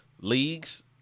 leagues